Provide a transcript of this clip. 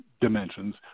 dimensions